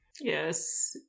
Yes